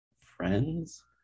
friends